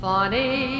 Funny